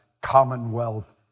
Commonwealth